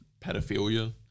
pedophilia